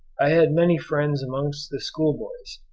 i had many friends amongst the schoolboys,